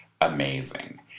amazing